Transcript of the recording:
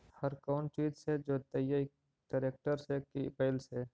हर कौन चीज से जोतइयै टरेकटर से कि बैल से?